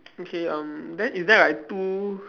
okay um then is there like two